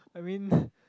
I mean